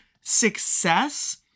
success